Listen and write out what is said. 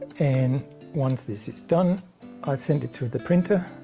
and once this is done i send it to the printer,